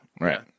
Right